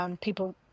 people